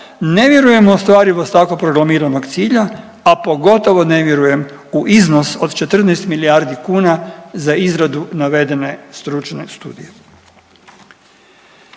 ne vjerujem u ostvarivost takvog proklamiranog cilja a pogotovo ne vjerujem u iznos od 14 milijardi kuna za izradu navedene stručne studije.